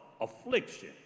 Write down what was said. affliction